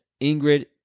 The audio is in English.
Ingrid